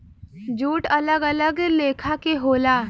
jute अलग अलग लेखा के होला